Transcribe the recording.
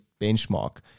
benchmark